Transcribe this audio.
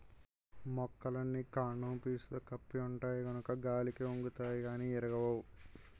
మొక్కలన్నీ కాండము పీసుతో కప్పి ఉంటాయి కనుక గాలికి ఒంగుతాయి గానీ ఇరగవు